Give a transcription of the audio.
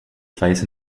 face